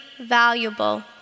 valuable